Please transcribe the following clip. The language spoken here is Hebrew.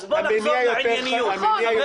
אז בוא נחזור לענייניות.